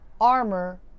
armor